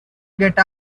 get